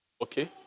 Okay